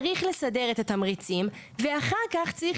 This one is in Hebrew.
צריך לסדר את התמריצים ואחר כך צריך